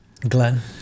Glenn